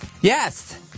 Yes